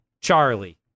Charlie